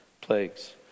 plagues